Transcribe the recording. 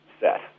set